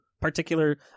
particular